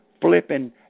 flipping